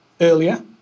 earlier